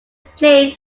played